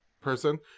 person